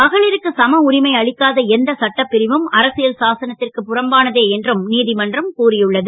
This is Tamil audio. மகளிருக்கு சம உரிமை அளிக்காத எந்த சட்டப்பிரிவும் அரசியல் சாசனத் ற்கு புறம்பானதே என்றும் நீ மன்றம் கூறியுள்ளது